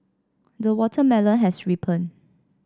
the watermelon has ripened